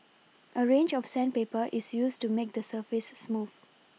a range of sandpaper is used to make the surface smooth